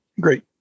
great